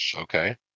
Okay